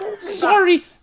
Sorry